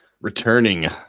Returning